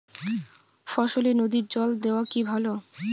ফসলে নদীর জল দেওয়া কি ভাল?